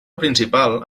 principal